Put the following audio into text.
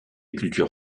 culture